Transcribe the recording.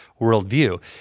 worldview